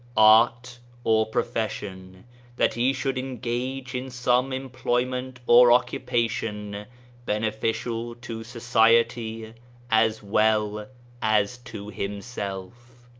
art or profession that he should engage in some em ployment or occupation beneficial to society as well as to himself.